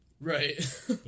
Right